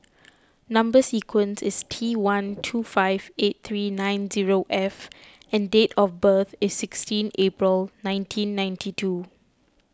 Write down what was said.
Number Sequence is T one two five eight three nine zero F and date of birth is sixteen April nineteen ninety two